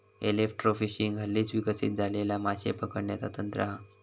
electrofishing हल्लीच विकसित झालेला माशे पकडण्याचा तंत्र हा